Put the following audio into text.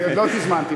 עוד לא תזמנתי.